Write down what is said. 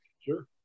Sure